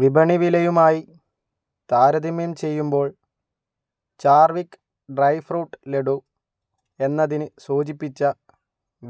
വിപണി വിലയുമായി താരതമ്യം ചെയ്യുമ്പോൾ ചാർവിക് ഡ്രൈ ഫ്രൂട്ട് ലഡൂ എന്നതിന് സൂചിപ്പിച്ച